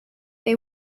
they